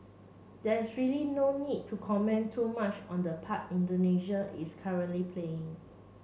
there is really no need to comment too much on the part Indonesia is currently playing